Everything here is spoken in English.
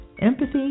empathy